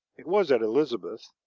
it was at elizabeth,